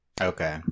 okay